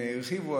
והם הרחיבו,